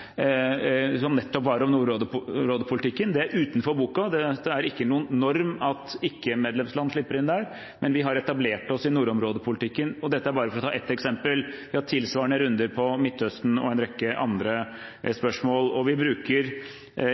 nettopp var om nordområdepolitikken. Dette er utenfor boka, det er ikke noen norm at ikke-medlemsland slipper inn der. Men vi har etablert oss i nordområdepolitikken – og dette er bare ett eksempel. Vi har tilsvarende runder om Midtøsten og en rekke andre spørsmål, og vi bruker